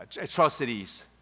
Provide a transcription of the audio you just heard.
atrocities